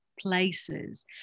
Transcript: places